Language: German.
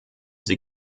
sie